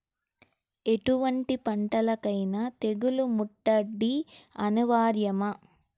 ఎటువంటి పంటలకైన తెగులు ముట్టడి అనివార్యమా?